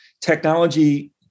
technology